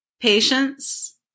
patience